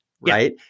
right